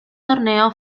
torneo